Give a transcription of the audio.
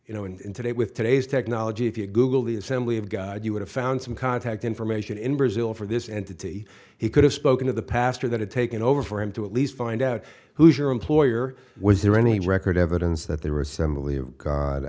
you know and today with today's technology if you google the assembly of god you would have found some contact information in brazil for this entity he could have spoken to the pastor that had taken over for him to at least find out who your employer was there any record evidence that they were assembly of